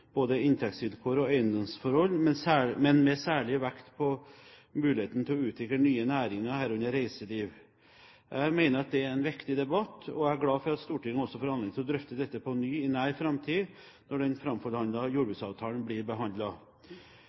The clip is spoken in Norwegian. både inntektsvilkår og eiendomsforhold, men med særlig vekt på muligheten til å utvikle nye næringer, herunder reiseliv. Jeg mener at det er en viktig debatt, og jeg er glad for at Stortinget også får anledning til å drøfte dette på ny i nær framtid, når den framforhandlete jordbruksavtalen blir